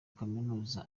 kaminuza